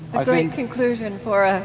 a great conclusion for us,